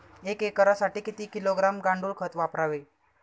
एक एकरसाठी किती किलोग्रॅम गांडूळ खत वापरावे?